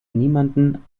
niemanden